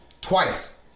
twice